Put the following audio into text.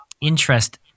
interest